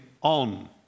on